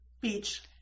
Beach